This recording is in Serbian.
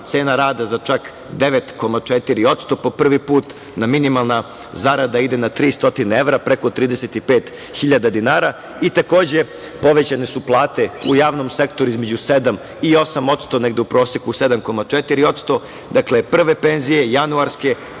cena rada za čak 9,4%. Po prvi put nam minimalna zarada ide na 300 evra, preko 35.000 dinara i, takođe, povećane su plate u javnom sektoru između 7% i 8%, negde u proseku 7,4%.Dakle, prve penzije januarske,